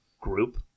group